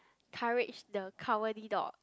courage the cowardly dog